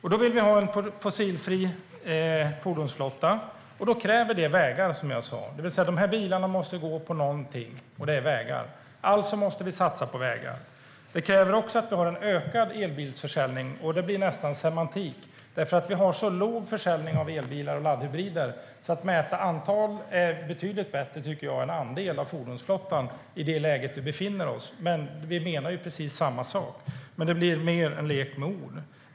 Vi vill ha en fossilfri fordonsflotta, och då kräver det vägar, som jag sa. De här bilarna måste gå på någonting, och det är vägar. Alltså måste vi satsa på vägar. Det kräver också att vi har en ökad elbilsförsäljning. Det här blir nästan semantik, därför att vi har så låg försäljning av elbilar och laddhybrider att jag tycker att det är betydligt bättre att mäta antalet än andelen av fordonsflottan i det läge vi befinner oss i. Vi menar ju precis samma sak, men det här blir mer en lek med ord.